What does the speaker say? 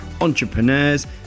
entrepreneurs